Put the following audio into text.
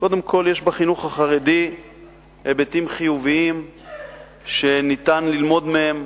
קודם כול יש בחינוך החרדי היבטים חיוביים שניתן ללמוד מהם,